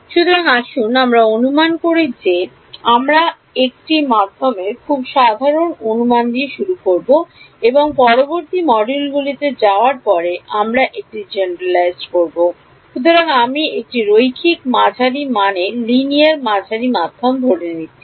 সুতরাং আসুন আমরা অনুমান করি যে আমরা একটি মাধ্যমের খুব সাধারণ অনুমান দিয়ে শুরু করব এবং পরবর্তী মডিউলগুলিতে যাওয়ার পরে আমরা এটি generalized করব সুতরাং আমি একটি রৈখিক মাঝারি মানে লিনিয়ার মাঝারি মাধ্যম ধরে নিচ্ছি